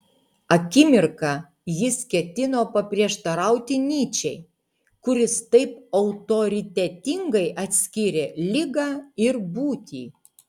akimirką jis ketino paprieštarauti nyčei kuris taip autoritetingai atskyrė ligą ir būtį